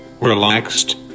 relaxed